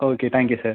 okay thank you sir